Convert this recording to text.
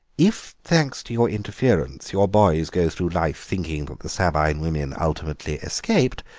if, thanks to your interference, your boys go through life thinking that the sabine women ultimately escaped,